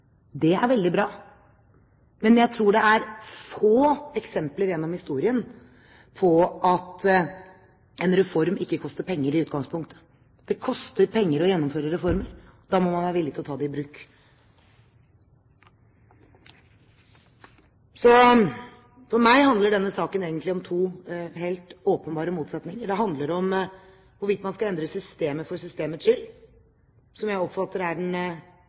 Det er veldig bra. Men jeg tror det er få eksempler gjennom historien på at en reform ikke koster penger i utgangspunktet. Det koster penger å gjennomføre reformer, og da må man være villig til å ta det i bruk. Så for meg handler denne saken egentlig om to helt åpenbare motsetninger. Det handler om hvorvidt man skal endre systemet for systemets skyld, som jeg oppfatter er den